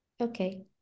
Okay